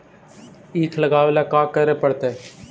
ईख लगावे ला का का करे पड़तैई?